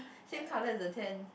same colour as the tent